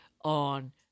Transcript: on